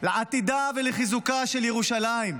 לעתידה ולחיזוקה של ירושלים,